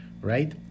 right